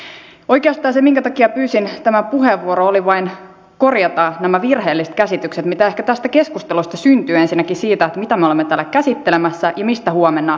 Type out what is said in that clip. oikeastaan syy siihen minkä takia pyysin tämän puheenvuoron oli vain korjata nämä virheelliset käsitykset mitä tästä keskustelusta ehkä syntyi ensinnäkin siitä mitä me olemme täällä käsittelemässä ja mistä huomenna äänestetään